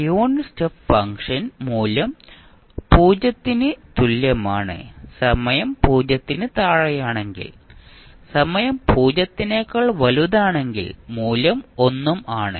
unit step function മൂല്യം 0 ന് തുല്യമാണ് സമയം 0 ന് താഴെയാണെങ്കിൽ സമയം 0 നെക്കാൾ വലുതാണെങ്കിൽ മൂല്യം 1 ഉം ആണ്